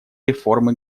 реформы